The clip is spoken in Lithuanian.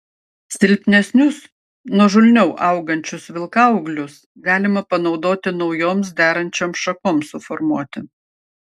silpnesnius nuožulniau augančius vilkaūglius galima panaudoti naujoms derančioms šakoms suformuoti